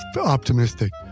optimistic